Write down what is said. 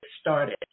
started